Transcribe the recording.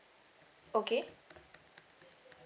okay